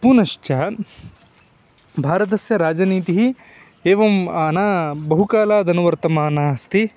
पुनश्च भारतस्य राजनीतिः एवम् अना बहुकालादनुवर्तमाना अस्ति